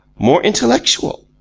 more intellectual.